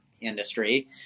industry